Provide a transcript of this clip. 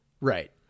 Right